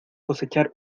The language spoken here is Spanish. cosechar